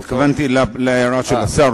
אני התכוונתי להערה של השר,